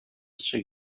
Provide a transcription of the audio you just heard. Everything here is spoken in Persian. پیشی